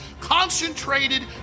Concentrated